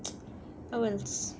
oh wells